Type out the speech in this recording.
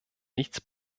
nichts